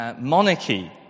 monarchy